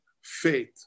faith